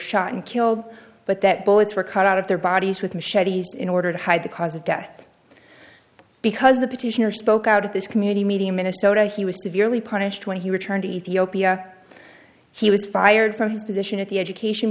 shot and killed but that bullets were cut out of their bodies with machetes in order to hide the cause of death because the petitioner spoke out at this community meeting in minnesota he was severely punished when he returned to ethiopia he was fired from his position at the education